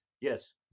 Yes